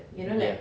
ya